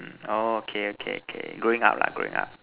mm orh okay okay okay growing up lah growing up